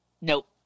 Nope